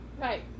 right